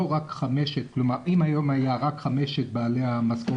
אם היום היו רק חמישה בעלי משכורות גבוהות